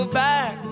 back